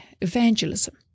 evangelism